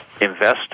invest